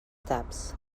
taps